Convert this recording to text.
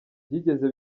byigeze